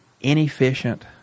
inefficient